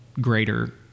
greater